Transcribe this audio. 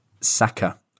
Saka